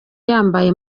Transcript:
yambaye